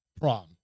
prom